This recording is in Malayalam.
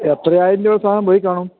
എത്രായിരം രൂപയുടെ സാധനം പോയിക്കാണും